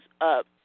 up